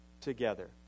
together